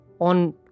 on